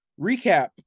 recap